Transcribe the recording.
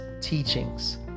teachings